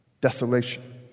Desolation